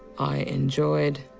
i enjoyed.